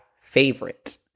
favorite